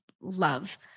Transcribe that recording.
love